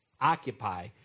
occupy